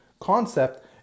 concept